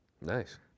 Nice